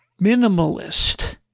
minimalist